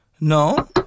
no